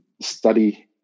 study